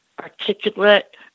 articulate